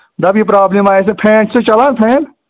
دَپ یہِ پرٛابلِم آیَس نہٕ فین چھُ سا چَلان فین